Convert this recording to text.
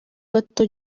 gato